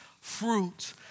fruit